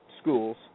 schools